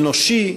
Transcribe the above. אנושי,